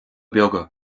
beaga